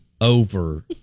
over